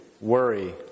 worry